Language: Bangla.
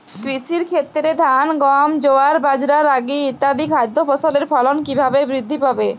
কৃষির ক্ষেত্রে ধান গম জোয়ার বাজরা রাগি ইত্যাদি খাদ্য ফসলের ফলন কীভাবে বৃদ্ধি পাবে?